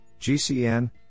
GCN